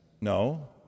no